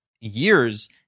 years